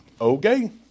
Okay